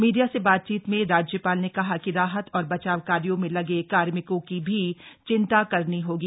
media से बातचीत में राज्यपाल ने कहा कि राहत और बचाव कार्यो में लगे कार्मिकों की भी चिंता करनी होगी